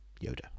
Yoda